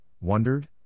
wondered